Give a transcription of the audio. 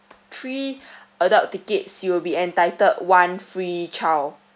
three adult tickets you'll be entitled one free child